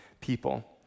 people